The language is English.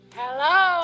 hello